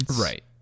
Right